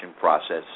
process